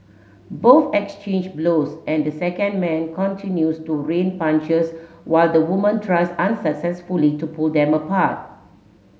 both exchange blows and the second man continues to rain punches while the woman tries unsuccessfully to pull them apart